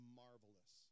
marvelous